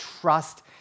trust